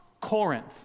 Corinth